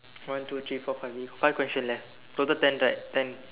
one two three four five five question left total ten right ten